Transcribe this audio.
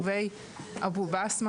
ומהווה מכשול ובעיה.